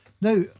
Now